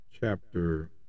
Chapter